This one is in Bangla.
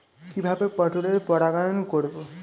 কিভাবে পটলের পরাগায়ন করব?